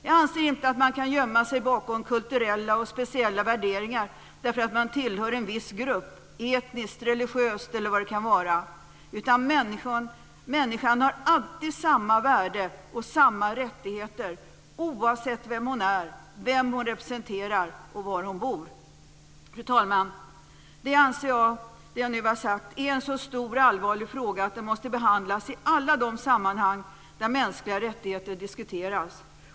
Jag anser inte att man kan gömma sig bakom kulturella och speciella värderingar därför att man tillhör en viss grupp, etniskt, religiöst eller vad det kan vara, utan människan har alltid samma värde och samma rättigheter oavsett vem hon är, vad hon representerar och var hon bor. Fru talman! Jag anser att det som jag nu har tagit upp är en så stor och allvarlig fråga att den måste behandlas i alla de sammanhang där mänskliga rättigheter diskuteras.